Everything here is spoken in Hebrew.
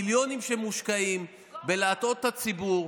מיליונים שמושקעים בלהטעות את הציבור,